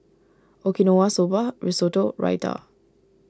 Okinawa Soba Risotto Raita